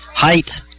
Height